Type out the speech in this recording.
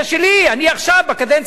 אני, עכשיו, בקדנציה הזאת,